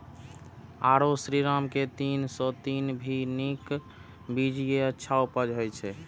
आरो श्रीराम के तीन सौ तीन भी नीक बीज ये अच्छा उपज होय इय?